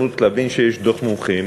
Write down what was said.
מומחים